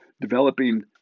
developing